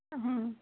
হুম